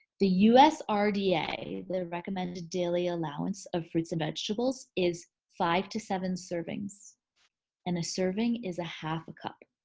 the us ah rda, the recommended daily allowance of fruits and vegetables is five to seven servings and a serving is a half a cup.